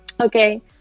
Okay